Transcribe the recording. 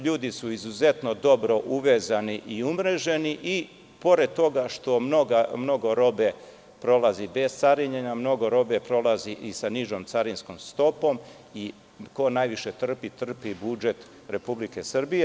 Ljudi su izuzetno dobro uvezani i umreženi i pored toga što mnogo robe prolazi bez carinjenja, mnogo robe prolazi i sa nižom carinskom stopom i ko najviše trpi, trpi budžet RS.